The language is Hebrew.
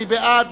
מי בעד?